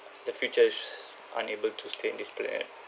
the future's unable to stay in this planet